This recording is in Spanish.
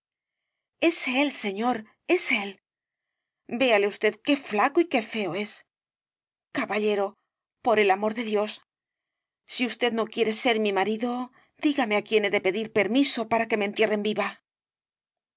es él señor es él véale usted qué flaco y qué feo es caballero por el amor de dios si usted no quiere ser mi marido dígame á quién he de pedir permiso para que me entierren viva